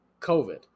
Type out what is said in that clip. COVID